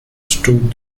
stood